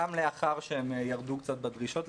גם לאחר שהם ירדו קצת בדרישות,